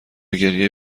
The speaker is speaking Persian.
گریه